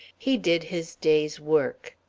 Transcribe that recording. he did his day's work.